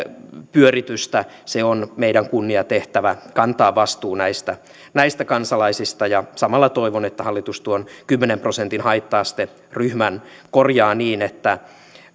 pyöritystä on meidän kunniatehtävämme kantaa vastuu näistä näistä kansalaisista samalla toivon että hallitus tuon kymmenen prosentin haitta asteryhmän korjaa niin että